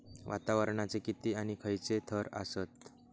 वातावरणाचे किती आणि खैयचे थर आसत?